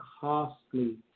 costly